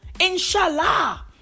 Inshallah